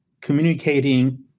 communicating